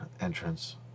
entrance